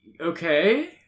Okay